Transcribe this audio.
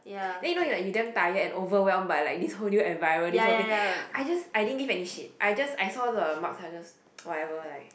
then you know you're damn tired and like overwhelmed by like this whole new environment this whole thing I just I didn't give any shit I just I saw the marks then I just whatever like